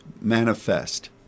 manifest